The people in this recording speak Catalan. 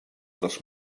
dels